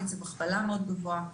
קצב הכפלה מאוד-מאוד גבוה,